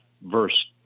verse